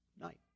night